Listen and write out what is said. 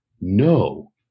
no